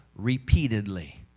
repeatedly